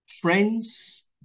friends